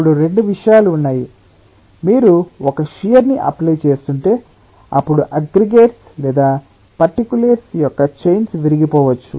ఇప్పుడు 2 విషయాలు ఉన్నాయి మీరు ఒక షియర్ ని అప్లై చేస్తుంటే అప్పుడు అగ్రిగేట్స్ లేదా పర్టికులేట్స్ యొక్క చైన్స్ విరిగిపోవచ్చు